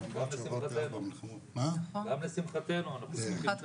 לשמחת כולנו.